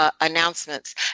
announcements